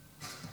ומדברים, חלקנו,